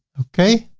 okay.